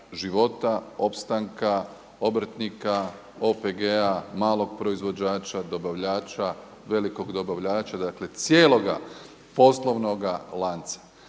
života, opstanka, obrtnika, OPG-a, malog proizvođača, dobavljača, velikog dobavljača dakle, cijeloga poslovnoga lanca.